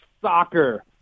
soccer